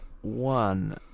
one